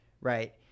right